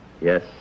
Yes